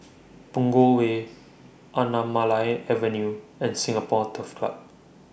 Punggol Way Anamalai Avenue and Singapore Turf Club